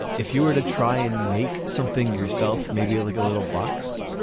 if you were to try and make something yourself, maybe like a little box.